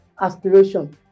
aspiration